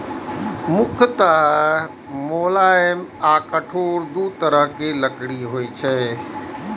मुख्यतः मुलायम आ कठोर दू तरहक लकड़ी होइ छै